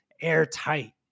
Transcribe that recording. airtight